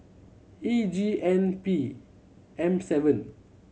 E G N P M seven